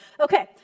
Okay